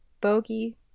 bogey